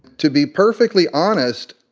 to be perfectly honest,